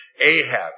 Ahab